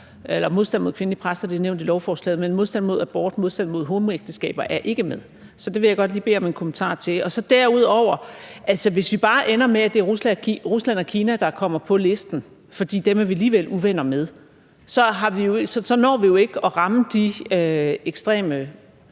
med modstand mod kvindelige præster er nævnt i lovforslaget, men modstand mod abort, modstand mod homoægteskaber er ikke med. Så det vil jeg godt lige bede om en kommentar til. Derudover når vi jo, hvis vi bare ender med, at det er Rusland og Kina, der kommer på listen – for dem er vi alligevel uvenner med – så ikke at ramme de ekstreme